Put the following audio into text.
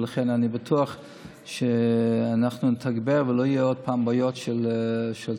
ולכן אני בטוח שאנחנו נתגבר ולא יהיו עוד פעם בעיות של תרופות.